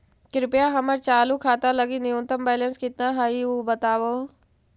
कृपया हमर चालू खाता लगी न्यूनतम बैलेंस कितना हई ऊ बतावहुं